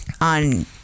on